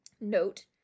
note